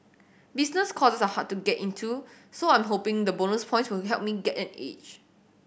business courses are hard to get into so I am hoping the bonus point will help me get an edge